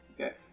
Okay